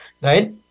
right